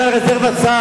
אני מדבר על רזרבת שר.